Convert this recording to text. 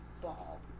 ball